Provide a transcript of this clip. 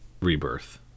Rebirth